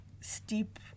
steep